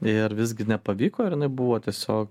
ir visgi nepavyko ir jinai buvo tiesiog